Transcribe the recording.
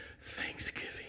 thanksgiving